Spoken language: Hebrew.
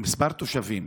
מספר התושבים,